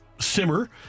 simmer